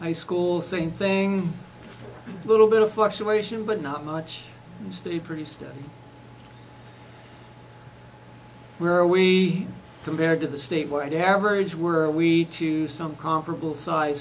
high school same thing a little bit of fluctuation but not much stay pretty steady where we compared to the state where i average were we to some comparable size